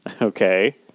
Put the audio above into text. Okay